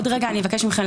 פירעון ושיקום כלכלי,